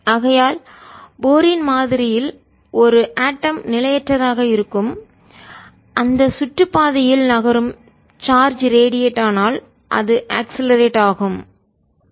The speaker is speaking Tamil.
ஆகையால் போரின் மாதிரியில் ஒரு ஆட்டம் அணு நிலையற்றதாக இருக்கும் அந்தச் சுற்று பாதையில் நகரும் சார்ஜ் ரேடியேட் ஆனால் அது அக்ஸ்லரேட் ஆகும் முடுக்கி விடப்படுகிறது